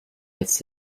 jetzt